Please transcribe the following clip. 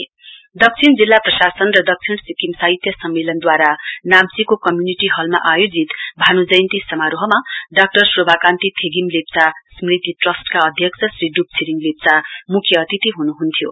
Bhanu Jayanti south दक्षिण जिल्ला प्रशासना र दक्षिण सिक्किम साहित्य सम्मेलनदूवारा नाम्चीको कम्युनिटि हलमा आयोजित समारोहमा डाक्टर शोभा कान्ति थेगिम लेप्चा स्मृति ट्रस्टका अध्यक्ष श्री डुप छिरिङ लेप्चा मुख्य अतिथि हुनुहुन्थ्यो